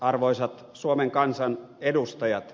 arvoisat suomen kansan edustajat